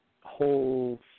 whole